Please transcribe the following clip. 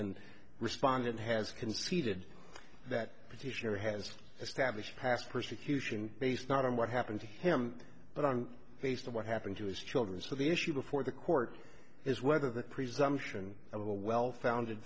and respondent has conceded that petitioner has established past persecution based not on what happened to him but on based on what happened to his children so the issue before the court is whether the presumption of a well founded